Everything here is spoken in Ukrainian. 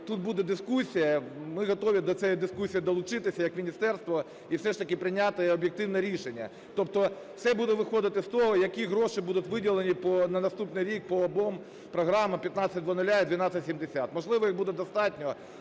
тут буде дискусія. Ми готові до цієї дискусії долучитися як міністерство і все ж таки прийняти об'єктивне рішення. Тобто все буде виходити з того, які гроші будуть виділені на наступний рік по обом програмам – 1500 і 1270. Можливо, їх буде достатньо,